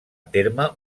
terme